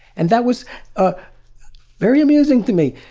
and that was ah very amusing to me,